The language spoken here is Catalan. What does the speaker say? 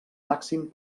màxim